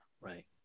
right